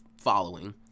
following